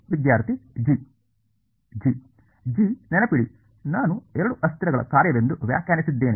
ವಿದ್ಯಾರ್ಥಿ g g g ನೆನಪಿಡಿ ನಾನು ಎರಡು ಅಸ್ಥಿರಗಳ ಕಾರ್ಯವೆಂದು ವ್ಯಾಖ್ಯಾನಿಸಿದ್ದೇನೆ